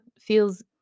feels